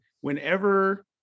whenever